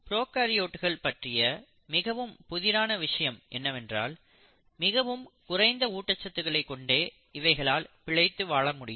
ப்ரோகாரியோட்கள் பற்றிய மிகவும் புதிரான விஷயம் என்னவென்றால் மிகவும் குறைந்த ஊட்டச்சத்துக்களை கொண்டே இவைகளால் பிழைத்து வாழ முடியும்